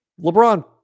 LeBron